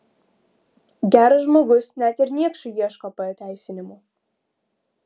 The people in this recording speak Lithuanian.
geras žmogus net ir niekšui ieško pateisinimų